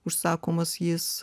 užsakomas jis